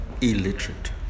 illiterate